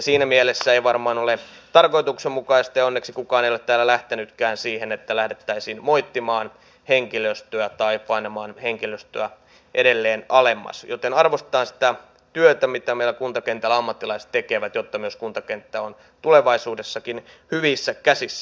siinä mielessä ei varmaan ole tarkoituksenmukaista ja onneksi kukaan ei ole täällä lähtenytkään siihen että lähdettäisiin moittimaan henkilöstöä tai painamaan henkilöstöä edelleen alemmas joten arvostetaan sitä työtä mitä meillä kuntakentällä ammattilaiset tekevät jotta myös kuntakenttä on tulevaisuudessakin hyvissä käsissä